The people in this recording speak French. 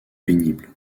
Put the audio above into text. pénible